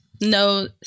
No